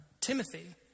Timothy